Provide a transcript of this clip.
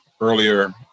earlier